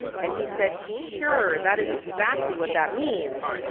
and he said sure that is exactly what that means.